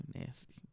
Nasty